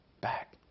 back